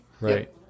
Right